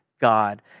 God